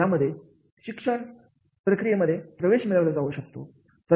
याप्रकारे शिक्षण प्रक्रियेमध्ये प्रवेश मिळवला जाऊ शकतो